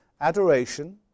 Adoration